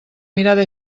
mirada